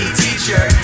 teacher